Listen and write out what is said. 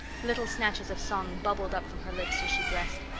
little snatches of song bubbled up from her lips as she dressed.